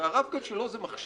הרי הרב קו שלו זה מכשיר